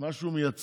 מה שהוא מייצג,